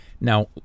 Now